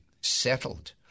settled